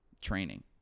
Training